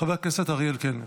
חבר הכנסת אריאל קלנר.